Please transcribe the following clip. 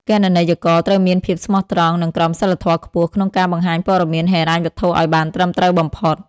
គណនេយ្យករត្រូវមានភាពស្មោះត្រង់ និងក្រមសីលធម៌ខ្ពស់ ក្នុងការបង្ហាញព័ត៌មានហិរញ្ញវត្ថុឱ្យបានត្រឹមត្រូវបំផុត។